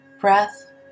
breath